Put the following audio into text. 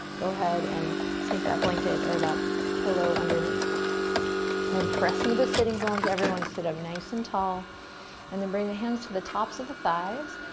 go ahead and sneak that blanket or that pillow underneath and press into the sitting bones. everyone sit up nice and tall and then bring the hands to the tops of the thighs,